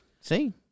See